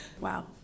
Wow